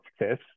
success